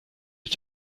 ich